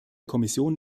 kommission